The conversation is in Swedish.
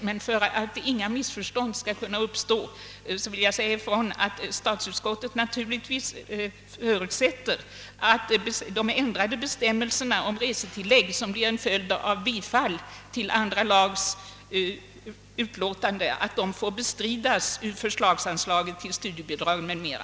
Men för att inga missförstånd skall uppstå vill jag säga ifrån att statsutskottet naturligtvis förutsätter att de ändrade bestämmelser om resetillägg, som blir en följd av ett bifall till andra lagutskottets hemställan, får bestridas ur förslagsanslaget till studiebidrag m.m.